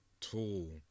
tall